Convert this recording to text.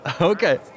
Okay